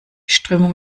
strömung